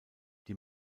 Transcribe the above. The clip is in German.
die